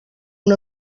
una